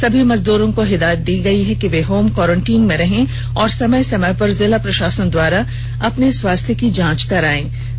सभी मजदूरों को हिदायत दी गयी है कि वे होम कोरेनटाइन में रहेंगे और समय समय पर जिला प्रषासन द्वारा उनके स्वास्थ्य की जांच करायी जाएगी